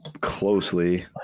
closely